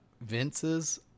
Vince's